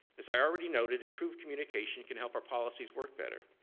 as i already noted, improved communication can help our policies work better,